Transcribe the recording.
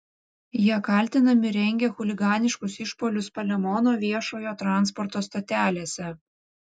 jie kaltinami rengę chuliganiškus išpuolius palemono viešojo transporto stotelėse